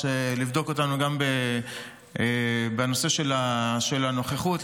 לבדוק אותנו בנושא של הנוכחות,